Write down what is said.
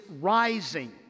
rising